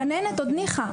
גננת עוד ניחא,